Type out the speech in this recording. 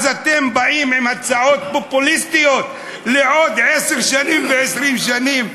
אז אתם באים עם הצעות פופוליסטיות על עוד עשר שנים ו-20 שנים.